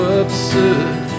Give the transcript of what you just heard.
absurd